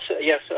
yes